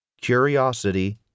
curiosity